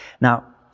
Now